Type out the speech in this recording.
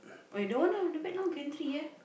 ah don't want lah the back now gantry ya